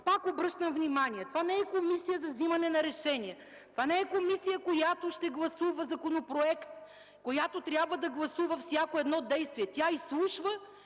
Пак обръщам внимание – това не е Комисия за вземане на решения, това не е комисия, която ще гласува законопроект, която трябва да гласува всяко едно действие. Тя изслушва,